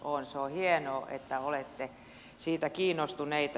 se on hienoa että olette siitä kiinnostuneita